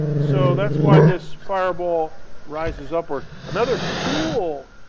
so that's why this fireball rises upward. another cool